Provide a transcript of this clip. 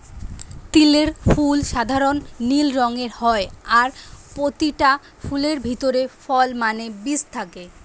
তিলের ফুল সাধারণ নীল রঙের হয় আর পোতিটা ফুলের ভিতরে ফল মানে বীজ থাকে